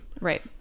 Right